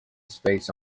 space